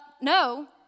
no